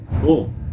Cool